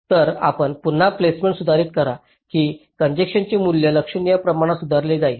तर आपण पुन्हा प्लेसमेंट सुधारित करा की कॉन्जेन्शन्सचे मूल्य लक्षणीय प्रमाणात सुधारले जाईल